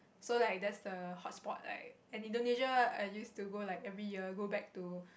so like that's the hotspot like and Indonesia I used to go like every year go back to